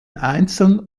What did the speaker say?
einzeln